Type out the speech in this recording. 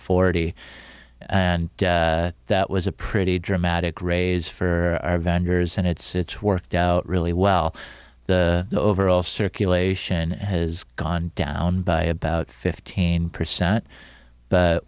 forty and that was a pretty dramatic raise for our vendors and it's worked out really well the overall circulation has gone down by about fifteen percent but